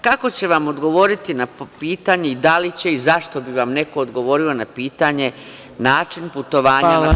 Kako će vam odgovoriti na pitanje i da li će i zašto bi vam neko odgovorio na pitanje – način putovanja na posao.